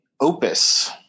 opus